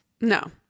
No